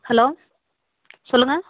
hello சொல்லுங்கள்